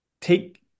take